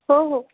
हो हो